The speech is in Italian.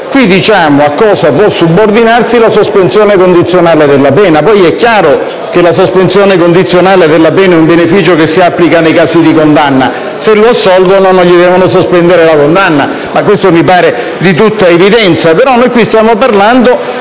specifichiamo a cosa può subordinarsi la sospensione condizionale della pena. È chiaro, poi, che la sospensione condizionale della pena è un beneficio che si applica nei casi di condanna: se l'imputato è assolto, non gli deve essere sospesa la condanna, e questo mi pare di tutta evidenza.